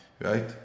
right